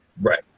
Right